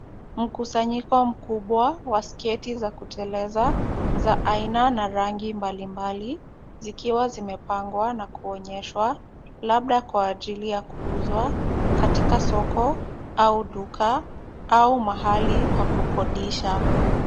Mkusanyiko mkubwa wa skate za kuteleza za aina na rangi mbalimbali, zikiwa zimepangwa na kuonyeshwa, labda kwa ajili ya kuuzwa katika soko au duka au mahali pa kukodisha.